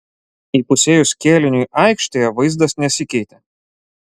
įpusėjus kėliniui aikštėje vaizdas nesikeitė